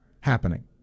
happening